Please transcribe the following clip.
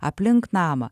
aplink namą